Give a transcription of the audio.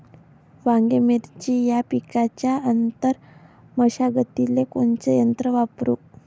वांगे, मिरची या पिकाच्या आंतर मशागतीले कोनचे यंत्र वापरू?